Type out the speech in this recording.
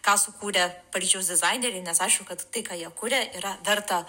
ką sukūrė paryžiaus dizaineriai nes aišku kad tai ką jie kuria yra verta